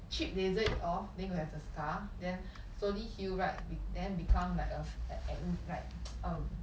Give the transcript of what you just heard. cheap laser it off then you will have the scar then slowly heal right then become like a a acn~ like um